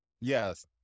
yes